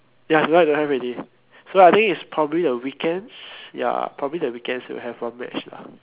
ya tonight don't have already so I think it's probably the weekends ya probably the weekends will have one match lah